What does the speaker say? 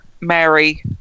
mary